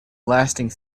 lasting